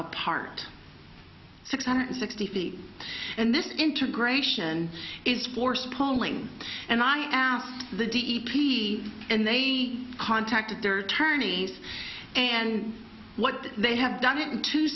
apart six hundred sixty feet and this integration is forced pulling and i asked the d e p t and they contacted their attorneys and what they have done it in two